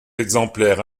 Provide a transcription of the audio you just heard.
exemplaires